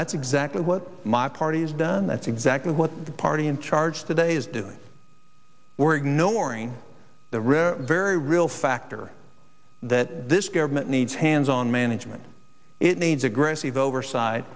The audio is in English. that's exactly what my party's done that's exactly what the party in charge today is doing we're ignoring the rare very real factor that this government needs hands on management it needs a gross eve overside